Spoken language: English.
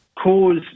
cause